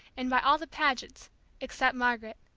and by all the pagets except margaret.